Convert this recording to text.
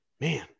man